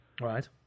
right